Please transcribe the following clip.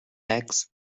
legs